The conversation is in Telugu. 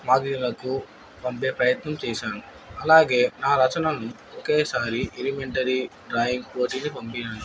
మ్యాగ్జిన్లకు పంపే ప్రయత్నం చేసాను అలాగే నా రచనలను ఒకేసారి ఎలిమెంటరీ డ్రాయింగ్ పోటీలకు పంపించడం